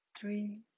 three